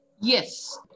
Yes